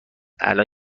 الان